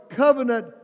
covenant